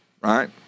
right